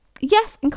yes